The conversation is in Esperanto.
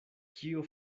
kio